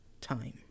time